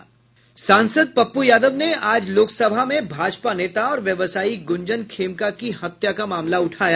सांसद पप्पू यादव ने आज लोकसभा में भाजपा नेता और व्यवसायी गुंजन खेमका की हत्या का मामला उठाया